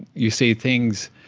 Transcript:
you see things,